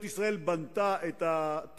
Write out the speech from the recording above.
ראשונה, חבר הכנסת איתן?